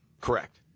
Correct